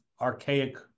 archaic